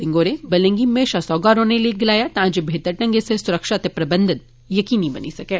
सिंह होरे बलें गी म्हेशां सौह्गा रौह्ने लेई गलाया तां जे बेह्तर ढंगै सिर सुरक्षा ते प्रबंधन यकीनी बनी सकै